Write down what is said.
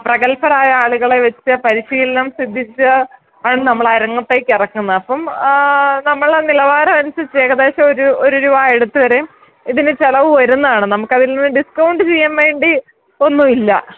പ്രഗൽഭരായ ആളുകളെ വച്ച് പരിശീലനം സിദ്ധിച്ച് ആണ് നമ്മൾ അരങ്ങത്തേക്ക് ഇറക്കുന്നത് അപ്പം നമ്മളുടെ നിലവാരം അനുസരിച്ച് ഏകദേശം ഒരു ഒരു രൂപ അടുത്ത് വരും ഇതിന് ചിലവ് വരുന്നതാണ് നമുക്കതിൽ നിന്ന് ഡിസ്കൗണ്ട് ചെയ്യാൻ വേണ്ടി ഒന്നും ഇല്ല